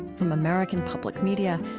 from american public media,